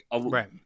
Right